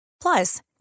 Plus